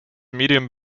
medium